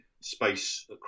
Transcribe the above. space